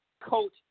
Coach